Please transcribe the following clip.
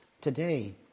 today